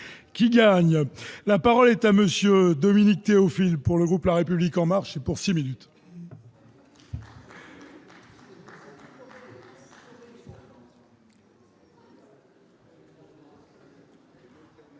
qui gagne, la parole est à monsieur Dominique Théophile pour le groupe, la République en marche pour 6 minutes.